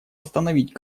остановить